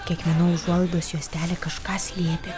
kiekviena užuolaidos juostelė kažką slėpė